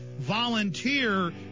Volunteer